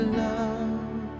love